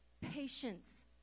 patience